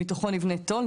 מתוכו נבנה טון,